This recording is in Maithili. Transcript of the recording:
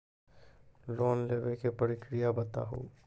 लोन लेवे के प्रक्रिया बताहू?